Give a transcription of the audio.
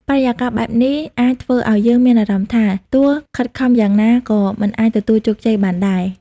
បរិយាកាសបែបនេះអាចធ្វើឲ្យយើងមានអារម្មណ៍ថា ទោះខិតខំយ៉ាងណាក៏មិនអាចទទួលជោគជ័យបានដែរ។